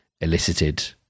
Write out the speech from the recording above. elicited